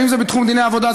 ואם זה בתחום דיני העבודה,